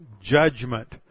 judgment